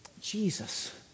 Jesus